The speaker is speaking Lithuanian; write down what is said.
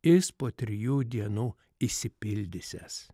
jis po trijų dienų išsipildysiąs